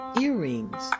Earrings